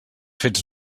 fets